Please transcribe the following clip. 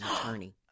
attorney